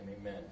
amen